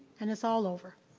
and it's all over,